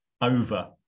over